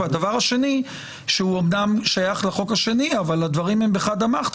הדבר השני שהוא אמנם שייך לחוק השני אבל הדברים הם ב-חדא מחטא